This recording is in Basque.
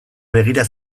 begira